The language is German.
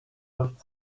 läuft